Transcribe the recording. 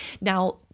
Now